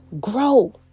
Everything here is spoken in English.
grow